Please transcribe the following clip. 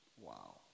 Wow